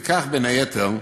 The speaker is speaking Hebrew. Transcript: וכך, בין היתר,